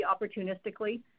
opportunistically